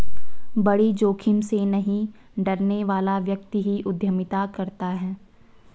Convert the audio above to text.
बड़ी जोखिम से नहीं डरने वाला व्यक्ति ही उद्यमिता करता है